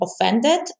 offended